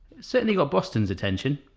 certainly got boston's attention,